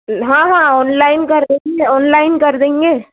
हाँ हाँ ऑनलाइन कर देंगे ऑनलाइन कर देंगे